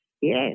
yes